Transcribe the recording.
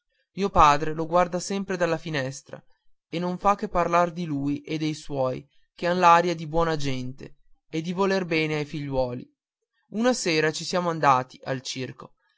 mio padre lo guarda sempre dalla finestra e non fa che parlar di lui e dei suoi che han l'aria di buona gente e di voler bene ai figliuoli una sera ci siamo andati al circo